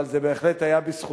אבל זה בהחלט היה בזכותו,